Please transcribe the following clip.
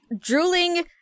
drooling